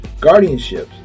Guardianships